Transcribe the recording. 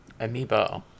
Amiibo